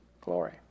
Glory